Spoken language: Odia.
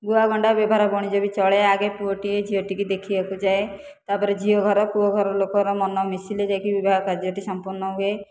ଗୁଆ ଗଣ୍ଡା ବ୍ୟବହାର ବାଣିଜ୍ୟ ବି ଚଳେ ଆଗେ ପୁଅଟିଏ ଝିଅ ଟିକି ଦେଖିବାକୁ ଯାଏ ତା'ପରେ ଝିଅଘର ପୁଅଘରର ଲୋକର ମନ ମିଶିଲେ ଯାଇକି ବିବାହ କାର୍ଯ୍ୟଟି ସମ୍ପୂର୍ଣ୍ଣ ହୁଏ